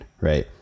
right